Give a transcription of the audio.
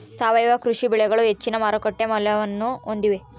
ಸಾವಯವ ಕೃಷಿ ಬೆಳೆಗಳು ಹೆಚ್ಚಿನ ಮಾರುಕಟ್ಟೆ ಮೌಲ್ಯವನ್ನ ಹೊಂದಿವೆ